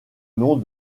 nom